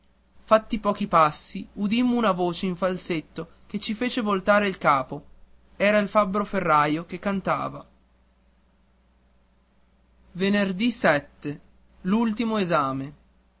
fatti pochi passi udimmo una voce in falsetto che ci fece voltare il capo era il fabbro ferraio che cantava l ultimo esame